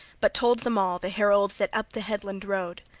but told them all, the herald that up the headland rode.